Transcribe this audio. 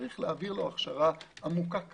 צריך להעביר לו הכשרה עמוקה כזאת.